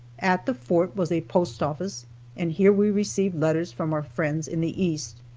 at the fort was a postoffice and here we received letters from our friends in the east,